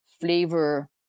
flavor